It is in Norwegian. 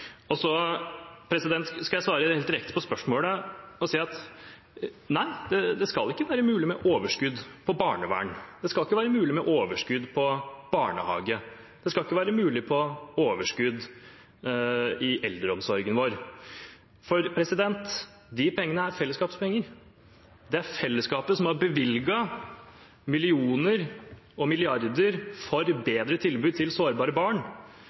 Og så skal jeg svare helt direkte på spørsmålet og si at nei, det skal ikke være mulig med overskudd på barnevern, det skal ikke være mulig med overskudd på barnehage, det skal ikke være mulig med overskudd i eldreomsorgen vår, for de pengene er fellesskapets penger. Det er fellesskapet som har bevilget millioner og milliarder til bedre tilbud for sårbare barn,